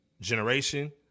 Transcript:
generation